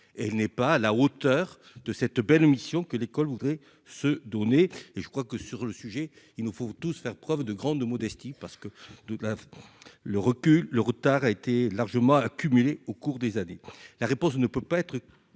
elle n'est pas à la hauteur de cette belle mission que l'école voudrait se donner et je crois que sur le sujet, il nous faut tous faire preuve de grande modestie, parce que de toute la France le recul le retard a été largement accumulées au cours des années, la réponse ne peut pas être